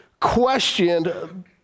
questioned